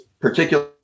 particular